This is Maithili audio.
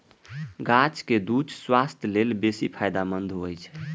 गाछक दूछ स्वास्थ्य लेल बेसी फायदेमंद होइ छै